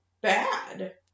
bad